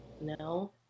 No